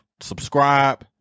subscribe